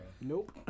Nope